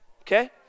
Okay